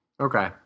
Okay